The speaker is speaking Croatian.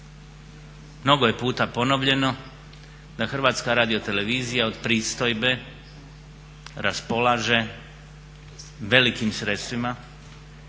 Mnogo je puta ponovljeno, da HRT od pristojbe raspolaže velikim sredstvima.